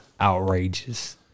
outrageous